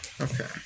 Okay